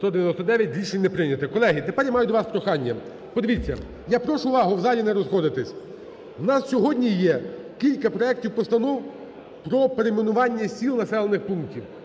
199. Рішення не прийняте. Колеги, тепер я маю до вас прохання. Подивіться, я прошу увагу, в залі не розходитесь. В нас сьогодні є кілька проектів постанов про перейменування сіл, населених пунктів.